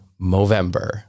Movember